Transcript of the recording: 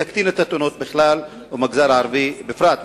שתקטין את התאונות בכלל ובמגזר הערבי בפרט.